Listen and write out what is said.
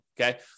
okay